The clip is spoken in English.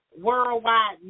Worldwide